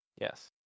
Yes